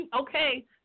Okay